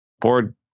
board